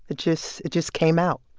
it just it just came out